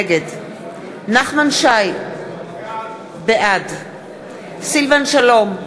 נגד נחמן שי, בעד סילבן שלום,